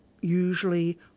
usually